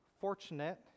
fortunate